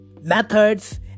methods